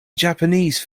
japanese